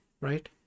right